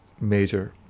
major